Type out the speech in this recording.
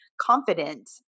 confident